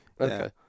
Okay